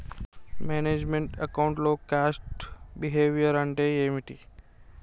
Manage meant account లో cost behaviour అంటే ఏమిటి?